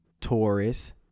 Taurus